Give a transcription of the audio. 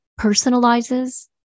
personalizes